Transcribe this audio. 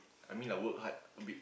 I mean like work hard a bit